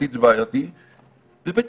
משפטית זה בעייתי; ו-ב'.